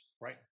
Right